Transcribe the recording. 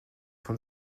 von